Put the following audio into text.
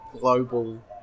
global